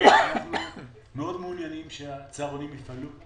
אנחנו מאוד מעוניינים שהצהרונים יפעלו.